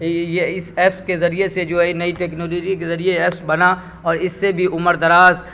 یہ اس ایپس کے ذریعے سے جو ہے نئی ٹیکنولوجی کے ذریعے ایپس بنا اور اس سے بھی عمر دراز